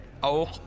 auch